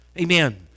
Amen